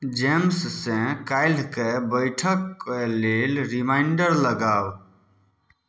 जेम्ससँ काल्हि कऽ बैठक कऽ लेल रिमाइण्डर लगाउ